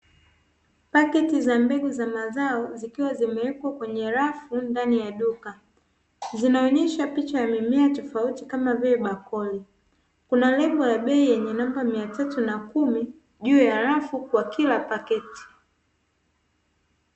Paketi za mbegu za mazao zikiwa zimewekwa kwenye rafu ndani ya duka. Zinaonyesha picha ya mimea tofauti kama vile bakoli. Kuna nembo ya bei yenye namba mia tatu na kumi juu ya rafu kwa kila paketi.